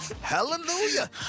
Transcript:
Hallelujah